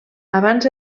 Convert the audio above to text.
abans